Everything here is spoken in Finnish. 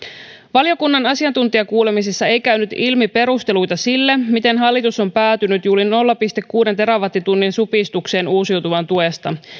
valiokunnan asiantuntijakuulemisissa ei käynyt ilmi perusteluita sille miten hallitus on päätynyt juuri nolla pilkku kuuden terawattitunnin supistukseen uusiutuvan tuesta